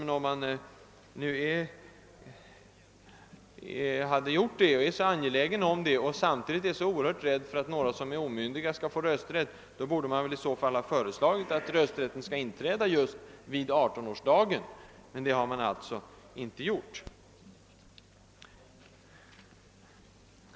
Men om man nu är så angelägen om detta, och samtidigt så oerhört rädd för att några omyndiga skall få rösträtt, så borde man väl ha föreslagit att rösträtten skall inträda just vid 18-årsdagen. Men det har man alltså inte gjort.